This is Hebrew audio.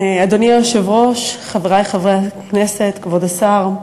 אדוני היושב-ראש, חברי חברי הכנסת, כבוד השר,